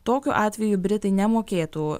tokiu atveju britai nemokėtų